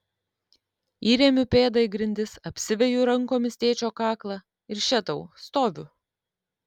įremiu pėdą į grindis apsiveju rankomis tėčio kaklą ir še tau stoviu